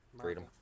Freedom